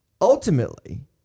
ultimately